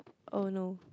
oh no